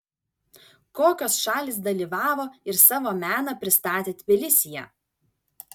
kokios šalys dalyvavo ir savo meną pristatė tbilisyje